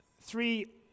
three